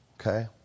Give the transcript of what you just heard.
Okay